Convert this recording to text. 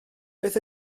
beth